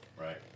Right